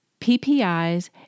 PPIs